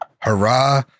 Hurrah